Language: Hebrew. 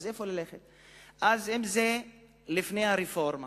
אם זה לפני הרפורמה